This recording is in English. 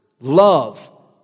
love